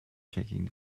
checking